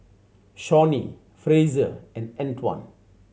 Shawnee Frazier and Antwan